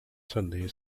sunday